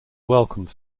welcome